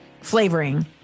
flavoring